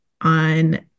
on